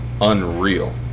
unreal